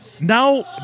Now